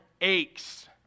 aches